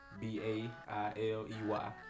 B-A-I-L-E-Y